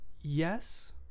Yes